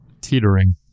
teetering